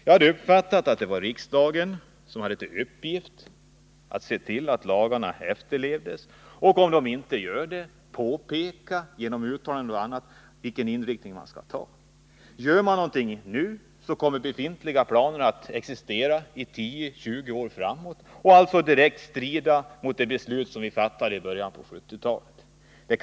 Jag hade uppfattat det hela så, att det är riksdagen som har till uppgift att se till att lagarna efterlevs och — om de inte gör det — påpeka genom uttalanden och annat vilken inriktning man skall ha. Gör man inte någonting nu kommer befintliga planer att existera i 10-20 år framåt — i direkt strid mot det beslut vi fattade i början av 1970-talet.